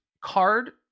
card